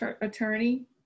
attorney